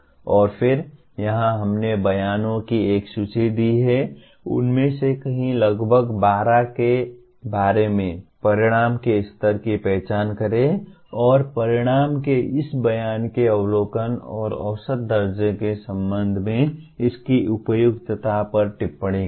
और फिर यहां हमने बयानों की एक सूची दी है उनमें से कई लगभग 12 के बारे में परिणाम के स्तर की पहचान करें और परिणाम के इस बयान के अवलोकन और औसत दर्जे के संबंध में इसकी उपयुक्तता पर टिप्पणी करें